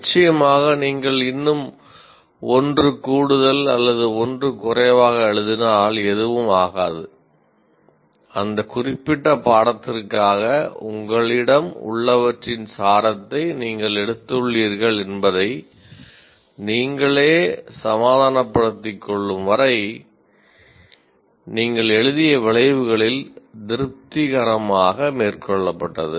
நிச்சயமாக நீங்கள் இன்னும் 1 கூடுதல் அல்லது 1 குறைவாக எழுதினால் எதுவும் ஆகாது அந்த குறிப்பிட்ட பாடத்திற்காக உங்களிடம் உள்ளவற்றின் சாரத்தை நீங்கள் எடுத்துள்ளீர்கள் என்பதை நீங்களே சமாதானப்படுத்திக் கொள்ளும் வரை நீங்கள் எழுதிய விளைவுகளில் திருப்திகரமாக மேற்கொள்ளப்பட்டது